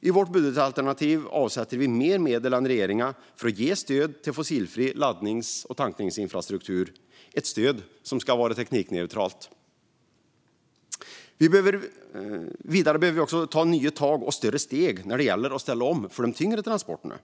I vårt budgetalternativ avsätter vi mer medel än regeringen för att ge stöd till fossilfri laddnings och tankningsinfrastruktur, ett stöd som ska vara teknikneutralt. Vidare behöver vi ta nya tag och större steg när det gäller att ställa om för de tyngre transporterna.